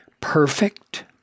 perfect